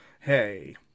Hey